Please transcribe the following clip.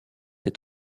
est